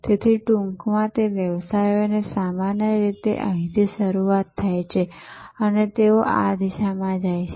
તેથી ટૂંકમાં વ્યવસાયો સામાન્ય રીતે અહીંથી શરૂ થાય છે અને તેઓ આ દિશામાં જાય છે